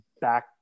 back